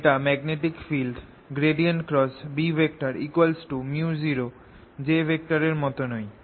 এটা magnetic field Bµ0j এর মতনই